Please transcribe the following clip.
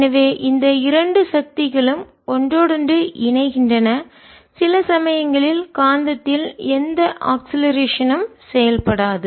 எனவே இந்த இரண்டு சக்திகளும் ஒன்றோடொன்று இணைகின்றன சில சமயங்களில் காந்தத்தில் எந்த ஆக்ஸிலரேஷன் ம் முடுக்கமும் செயல்படாது